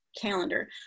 calendar